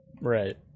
right